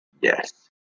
Yes